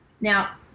now